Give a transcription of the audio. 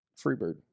Freebird